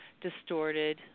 distorted